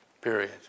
period